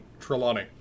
Trelawney